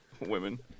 women